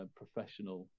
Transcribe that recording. professional